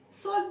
soon